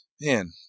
man